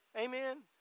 Amen